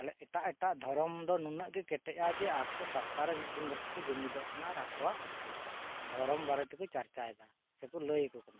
ᱵᱚᱞᱮ ᱮᱴᱟᱜ ᱮᱴᱟᱜ ᱫᱷᱚᱨᱚᱢ ᱫᱚ ᱩᱱᱟᱹᱜ ᱜᱮ ᱠᱮᱴᱮᱡᱼᱟ ᱡᱮ ᱟᱠᱚ ᱥᱚᱯᱛᱟᱦᱚᱸ ᱨᱮ ᱢᱤᱫ ᱫᱤᱱ ᱠᱟᱛᱮᱫ ᱠᱚ ᱡᱩᱢᱤᱫᱚᱜ ᱠᱟᱱᱟ ᱟᱨ ᱟᱠᱚᱣᱟᱜ ᱫᱷᱚᱨᱚᱢ ᱵᱟᱨᱮ ᱛᱮᱠᱚ ᱪᱟᱨᱪᱟᱭᱮᱫᱟ ᱥᱮᱠᱚ ᱞᱟᱹᱭ ᱟᱠᱚ ᱠᱟᱱᱟ